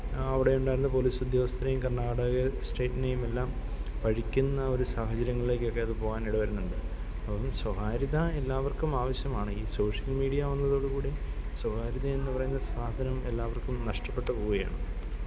അവിടെയുണ്ടായിരുന്ന പോലീസുദ്യോഗസ്ഥരേം കര്ണാടക സ്റ്റേറ്റിനെയും എല്ലാം പഴിക്കുന്ന ഒരു സാഹചര്യങ്ങളിലേക്കൊക്കെ അത് പോകാൻ ഇടവരുന്നുണ്ട് അപ്പം സ്വകാര്യത എല്ലാവര്ക്കും ആവശ്യമാണ് ഈ സോഷ്യല് മീഡ്യാ വന്നതോട് കൂടി സ്വകാര്യത എന്ന് പറയുന്ന സാധനം എല്ലാവര്ക്കും നഷ്ടപ്പെട്ട് പോവുകയാണ്